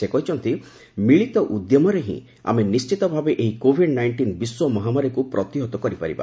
ସେ କହିଛନ୍ତି ମିଳିତ ଉଦ୍ୟମରେ ଆମେ ନିଶ୍ଚିତ ଭାବେ ଏହି କୋଭିଡ୍ ନାଇଣ୍ଟିନ୍ ବିଶ୍ୱ ମହାମାରୀକୁ ପ୍ରତିହତ କରିପାରିବା